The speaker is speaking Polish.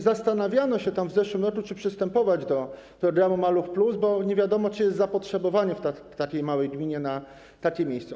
Zastanawiano się tam w zeszłym roku, czy przystępować do programu „Maluch+”, bo nie wiadomo było, czy jest zapotrzebowanie w takiej małej gminie na takie miejsca.